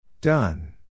Done